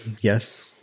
yes